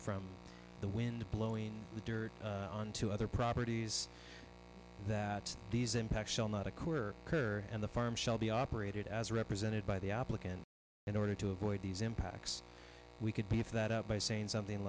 from the wind blowing the dirt on to other properties that these impacts shall not a career and the farm shall be operated as represented by the applicant in order to avoid these impacts we could be if that up by saying something